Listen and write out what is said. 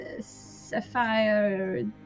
sapphire